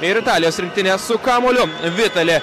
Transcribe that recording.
ir italijos rinktinė su kamuoliu vitali